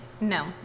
No